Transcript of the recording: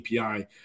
API